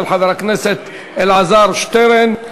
של חבר הכנסת אלעזר שטרן.